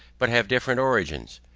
but have different origins.